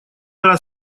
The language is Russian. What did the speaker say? раз